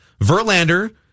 Verlander